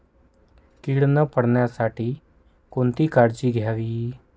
कीड न पडण्यासाठी कोणती काळजी घ्यावी?